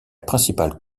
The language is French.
principale